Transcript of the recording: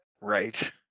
Right